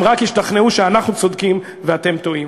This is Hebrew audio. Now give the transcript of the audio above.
רק ישתכנעו שאנחנו צודקים ואתם טועים.